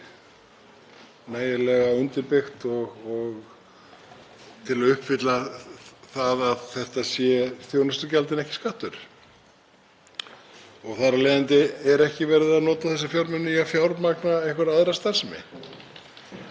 af leiðandi er ekki verið að nota þessa fjármuni í að fjármagna einhverja aðra starfsemi. Ég held líka að ég hafi sagt að ég væri hlynntur því, og það væri stefna bæði mín og ríkisstjórnarinnar, að hafa aukinn aðgang að opnum gögnum